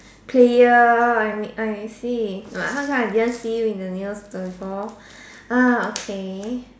player I mean I I see how come I didn't see you in the news before uh okay